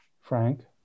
Frank